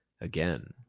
again